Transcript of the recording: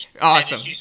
Awesome